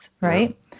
Right